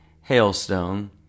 hailstone